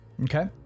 Okay